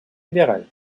libéral